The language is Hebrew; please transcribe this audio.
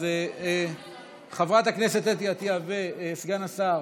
אז חברת הכנסת אתי עטייה וסגן השר